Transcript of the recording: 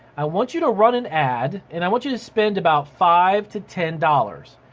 i want you to run an ad and i want you to spend about five to ten dollars.